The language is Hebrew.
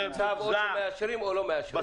זה מאשרים או לא מאשרים.